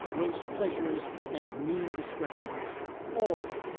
gross pleasures and mean discretions all.